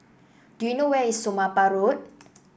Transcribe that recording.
do you know where is Somapah Road